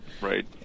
Right